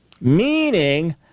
meaning